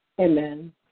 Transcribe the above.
Amen